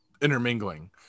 intermingling